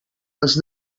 els